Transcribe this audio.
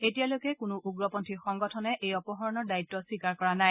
এতিয়ালৈকে কোনো উগ্ৰপন্থী সংগঠনে এই অপহৰণৰ দায়িত্ব স্বীকাৰ কৰা নাই